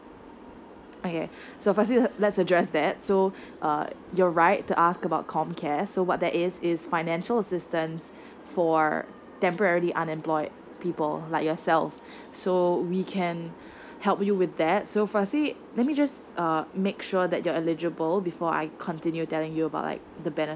okay so firstly lets address that so uh your right to ask about com care so what that is is financial assistance for temporary unemployed people like yourself so we can help you with that so firstly let me just uh make sure that you're eligible before I continue telling you about like the benefits